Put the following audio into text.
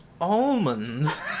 almonds